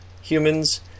humans